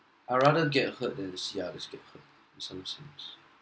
I rather get hurt than see others get hurt in some sense